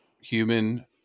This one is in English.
human